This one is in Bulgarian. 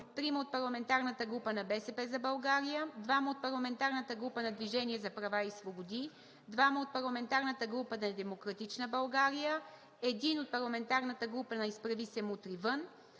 3 от Парламентарната група на „БСП за България“, 2 от Парламентарната група на „Движението за права и свободи“, 2 от Парламентарната група на „Демократична България“, 1 от Парламентарната група на „Изправи се! Мутри вън!“.